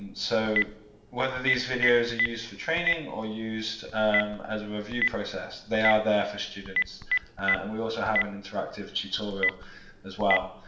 and so whether these videos are ah used for training or used as a review process, they are there for students and we also have an interactive tutorial as well.